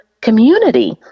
community